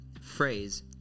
phrase